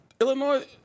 Illinois